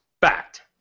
Fact